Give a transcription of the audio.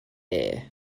air